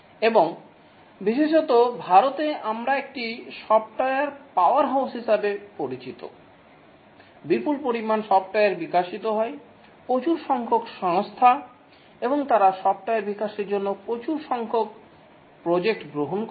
এবং বিশেষত ভারতে আমরা একটি সফ্টওয়্যার পাওয়ার হাউস হিসাবে পরিচিত বিপুল পরিমাণ সফ্টওয়্যার বিকশিত হয় প্রচুর সংখ্যক সংস্থা এবং তারা সফ্টওয়্যার বিকাশের জন্য প্রচুর সংখ্যক প্রজেক্ট গ্রহণ করে